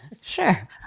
Sure